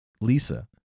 Lisa